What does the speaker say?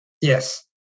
Yes